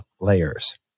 layers